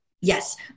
Yes